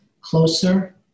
closer